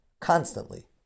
constantly